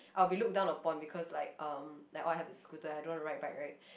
I will be looked down upon because like um they all have a scooter and I don't know how to ride a bike right